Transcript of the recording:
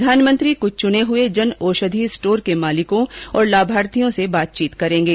प्रधानमंत्री क्छ चुने हुए जनऔषधि स्टोर के मालिकों और लाभार्थियों से बातचीत करेंगे